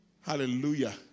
Hallelujah